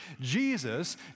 Jesus